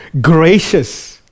gracious